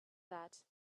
that